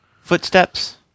Footsteps